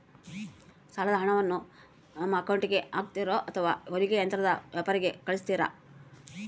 ಸಾಲದ ಹಣವನ್ನು ನಮ್ಮ ಅಕೌಂಟಿಗೆ ಹಾಕ್ತಿರೋ ಅಥವಾ ಹೊಲಿಗೆ ಯಂತ್ರದ ವ್ಯಾಪಾರಿಗೆ ಕಳಿಸ್ತಿರಾ?